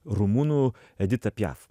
rumunų edita pjaf